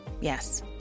Yes